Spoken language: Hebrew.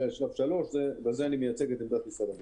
עד שלב 3. בזה אני מייצג את עמדת משרד הבריאות.